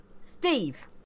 Steve